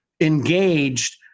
engaged